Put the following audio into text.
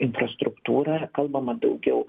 infrastruktūrą kalbama daugiau